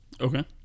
Okay